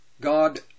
God